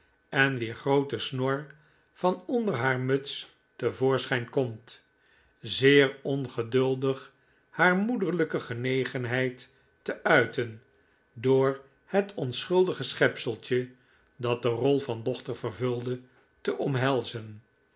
en wier groote snor van onder haar muts te voorschijn komt zeer ongeduldig haar moederlijke genegenheid te uiten door het onschuldige schepseltje dat de rol van dochter vervulde te omhelzen